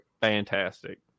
fantastic